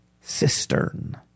cistern